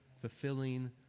fulfilling